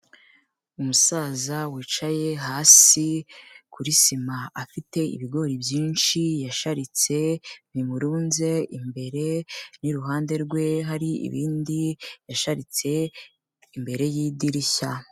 Umusaza wicaye hasi kuri sima, afite ibigori byinshi yasharitse bimurunze imbere n'iruhande rwe hari ibindi yasharitse imbere y'idirishya.